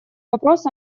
вопрос